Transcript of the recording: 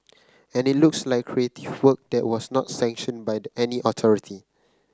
and it looks like creative work that was not sanctioned by any authority